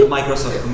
Microsoft